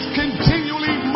continually